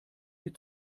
die